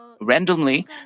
randomly